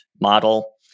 model